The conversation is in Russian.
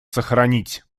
сохранить